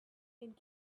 and